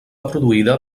produïda